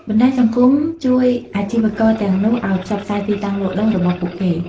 បណ្តាញសង្គមជួយអាជីវករទាំងនោះឱ្យផ្សព្វផ្សាយទីតាំងលក់ដូររបស់ពួកគេ ។